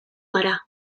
gara